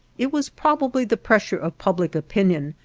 it was probably the pressure of public opinion,